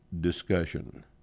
discussion